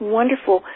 Wonderful